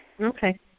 Okay